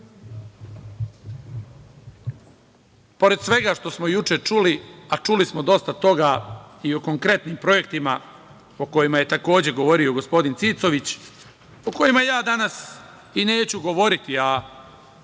pored svega što smo čuli, a čuli smo dosta toga i o konkretnim projektima o kojima je takođe govorio gospodin Cicović, o kojima ja danas i neću govoriti, a